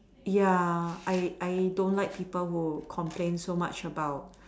ya I I don't like people who complain so much about